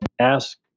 ask